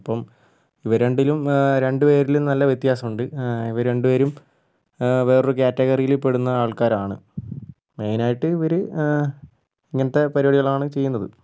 അപ്പോൾ ഇവ രണ്ടിലും രണ്ടുപേരിലും നല്ല വ്യത്യാസമുണ്ട് ഇവർ രണ്ടുപേരും വേറൊരു കാറ്റഗറിയിൽ പെടുന്ന ആൾക്കാരാണ് മെയിൻ ആയിട്ട് ഇവർ ഇങ്ങനത്തെ പരിപാടികളാണ് ചെയ്യുന്നത്